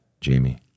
Jamie